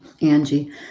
Angie